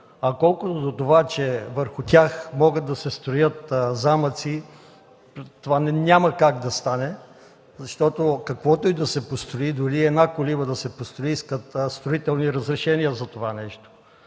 Колкото до това, че върху тях могат да се строят замъци, това няма как да стане, защото каквото и да се построи, дори една колиба, искат строителни разрешения за това нещо,